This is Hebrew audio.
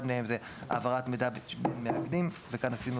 אחד מהם זה העברת מידע ממאזנים וכאן עשינו